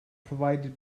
provided